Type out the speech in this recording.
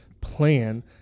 plan